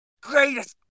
greatest